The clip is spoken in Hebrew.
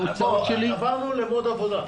עברנו ל-mode עבודה.